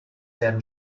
werden